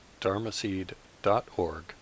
dharmaseed.org